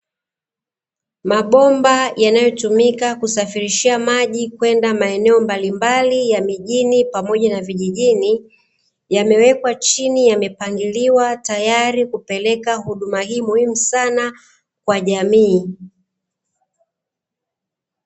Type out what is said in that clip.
Mabomba yanayotumika kusafirishia maji kwenda maeneo mbalimbali ya mjini pamoja na vijijini, yamewekwa chini ya yamepangiliwa, tayari kupeleka huduma hii muhimu sana, kwa jamii.